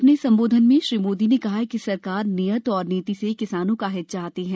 अपने संबोधन में श्री मोदी ने कहा कि सरकार नीयत और नीति से किसानों का हित चाहती है